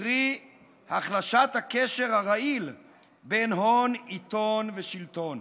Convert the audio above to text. קרי החלשת הקשר הרעיל בין הון, עיתון ושלטון.